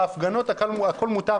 בהפגנות הכול מותר,